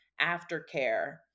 aftercare